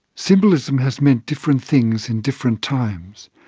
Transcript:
symbolism has meant different things in different times.